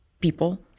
people